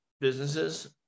businesses